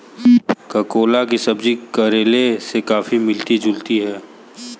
ककोला की सब्जी करेले से काफी मिलती जुलती होती है